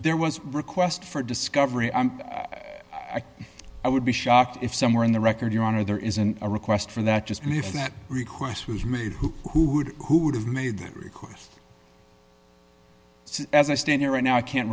there was a request for discovery i'm i would be shocked if somewhere in the record your honor there isn't a request for that just and if that request was made who who would who would have made that request as i stand here right now i can't